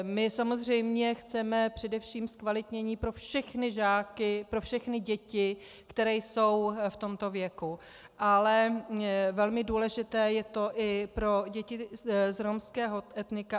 My samozřejmě chceme především zkvalitnění pro všechny žáky, pro všechny děti, které jsou v tomto věku, ale velmi důležité je to i pro děti z romského etnika.